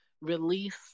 release